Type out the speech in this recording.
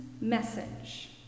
message